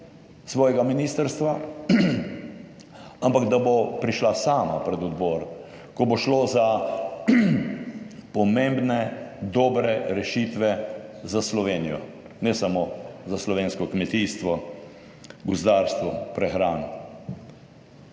svojega ministrstva, ampak da bo prišla sama pred odbor, ko bo šlo za pomembne dobre rešitve za Slovenijo ne samo za slovensko kmetijstvo, gozdarstvo, prehrano.